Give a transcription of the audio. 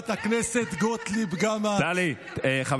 טלי לא תצביע בעד.